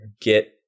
get